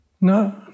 No